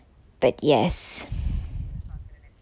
but yes